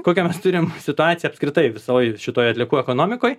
kokią mes turim situaciją apskritai visoj šitoj atliekų ekonomikoj